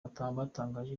batangaje